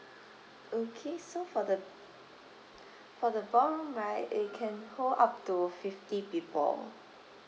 okay so for the for the ballroom right it can hold up to fifty people